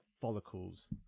follicles